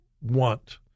want